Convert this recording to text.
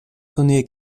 tournee